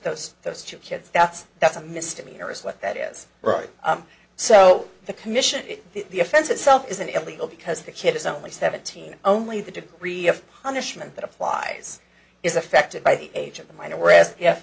those those two kids that's that's a mistake here is what that is right so the commission the offense itself isn't illegal because the kid is only seventeen only the degree of punishment that applies is affected by the age of the minor we're as